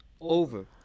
over